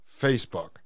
Facebook